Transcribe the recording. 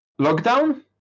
lockdown